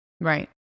right